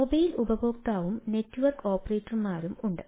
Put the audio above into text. mobile ഉപയോക്താവും network ഓപ്പറേറ്റർമാരും ഉണ്ട്